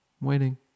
waiting